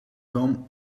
come